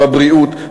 בבריאות,